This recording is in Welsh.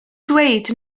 dweud